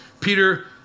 Peter